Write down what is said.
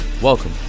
Welcome